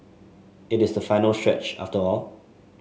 it is the final stretch after all